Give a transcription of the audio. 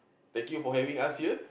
thank you for having us here